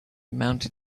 mounted